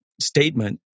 statement